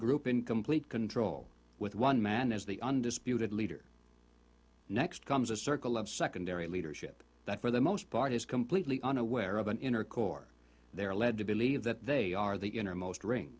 group in complete control with one man as the undisputed leader next comes a circle of secondary leadership that for the most part is completely unaware of an inner core they are led to believe that they are the innermost ring